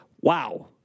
wow